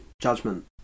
judgment